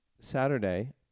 Saturday